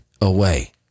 away